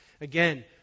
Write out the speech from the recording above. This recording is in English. Again